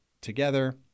together